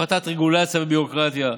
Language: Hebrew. הפחתת רגולציה וביורוקרטיה,